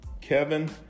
Kevin